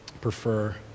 prefer